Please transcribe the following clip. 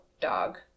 dog